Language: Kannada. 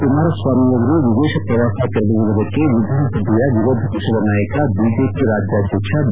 ಕುಮಾರಸ್ವಾಮಿಯವರು ವಿದೇಶ ಪ್ರವಾಸ ತೆರಳರುವುದಕ್ಕೆ ವಿಧಾನಸಭೆ ವಿರೋಧ ಪಕ್ಷದ ನಾಯಕ ಬಿಜೆಪಿ ರಾಜ್ಯಾಧ್ಯಕ್ಷ ಬಿ